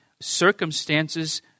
circumstances